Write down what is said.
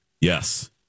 Yes